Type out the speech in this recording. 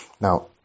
Now